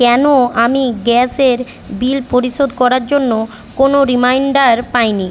কেন আমি গ্যাসের বিল পরিশোধ করার জন্য কোনও রিমাইণ্ডার পাইনি